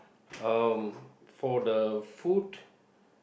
um for the food